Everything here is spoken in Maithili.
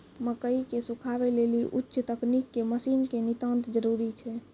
मकई के सुखावे लेली उच्च तकनीक के मसीन के नितांत जरूरी छैय?